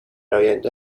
آینده